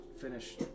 finish